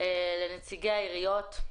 לנציגי העיריות.